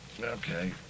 Okay